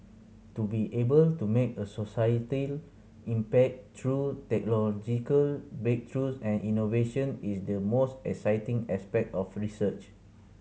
to be able to make a societal impact through technological breakthroughs and innovation is the most exciting aspect of research